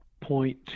point